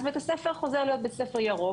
אז בית הספר חוזר להיות בית ספר ירוק,